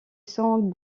sont